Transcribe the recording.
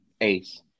ace